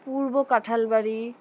Purba Kanthalbari